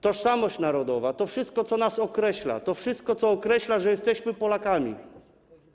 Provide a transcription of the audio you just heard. Tożsamość narodowa to wszystko, co nas określa, to wszystko, co określa, że jesteśmy Polakami.